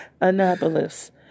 Annapolis